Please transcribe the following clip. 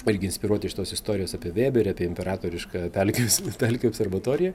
irgi inspiruoti iš tos istorijos apie vėberį apie imperatorišką pelkius pelkių observatoriją